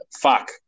Fuck